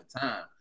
time